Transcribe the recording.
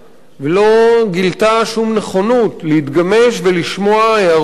ולא גילתה שום נכונות להתגמש ולשמוע הערות,